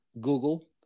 google